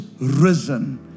risen